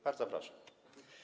Bardzo proszę.